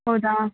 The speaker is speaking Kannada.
ಹೌದಾ